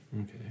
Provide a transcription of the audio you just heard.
Okay